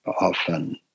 often